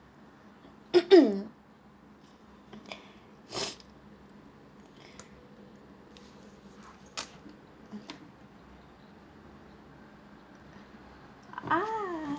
ah